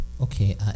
Okay